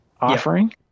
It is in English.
offering